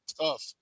tough